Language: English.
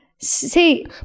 see